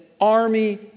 army